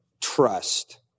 Trust